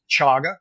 chaga